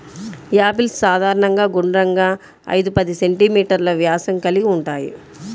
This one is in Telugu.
యాపిల్స్ సాధారణంగా గుండ్రంగా, ఐదు పది సెం.మీ వ్యాసం కలిగి ఉంటాయి